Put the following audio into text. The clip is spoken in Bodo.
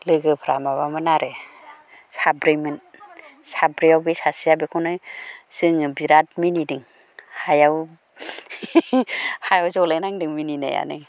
लोगोफ्रा माबामोन आरो साब्रैमोन साब्रैयाव बे सासेया बेखौनो जोङो बिराद मिनिदों हायाव हायाव जलाय नांदों मिनिनायानो